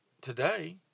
today